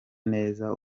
neza